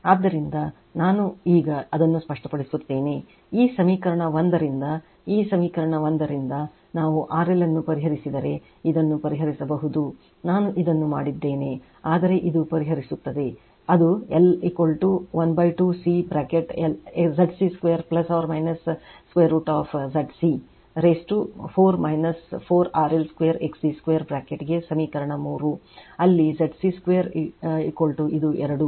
ಆದ್ದರಿಂದ ಈಗ ನಾನು ಅದನ್ನು ಸ್ಪಷ್ಟಪಡಿಸುತ್ತೇನೆ ಈ ಸಮೀಕರಣ 1 ರಿಂದ ಈ ಸಮೀಕರಣ 1 ರಿಂದ ನಾವು RL ಅನ್ನು ಪರಿಹರಿಸಿದರೆ ಇದನ್ನು ಪರಿಹರಿಸಬಹುದು ನಾನು ಇದನ್ನು ಮಾಡಿದ್ದೇನೆ ಆದರೆ ಇದು ಪರಿಹರಿಸುತ್ತದೆ ಅದು L ½ C bracket ZC2 √ ZC rest 4 4 RL2 XC2 ಬ್ರಾಕೆಟ್ಗೆ ಸಮೀಕರಣ 3 ಅಲ್ಲಿ ZC2 ಇದು 2